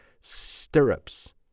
stirrups